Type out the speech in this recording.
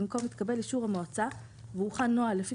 במקום "התקבל אישור המועצה והוכן נוהל לפי